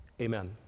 Amen